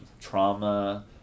trauma